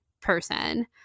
person